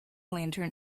lantern